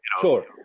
sure